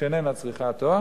שאיננה צריכה תואר.